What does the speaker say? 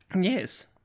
Yes